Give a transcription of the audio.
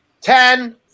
Ten